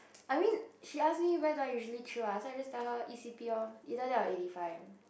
I mean she ask me where do I usually chill ah so I just tell her E_C_P orh either that or eighty five